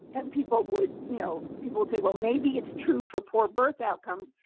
and people would you know, people would say, well, maybe it's true for poor birth outcomes,